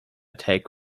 take